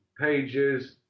pages